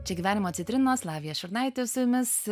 čia gyvenimo citrinos lavija šurnaitė su jumis